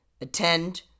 attend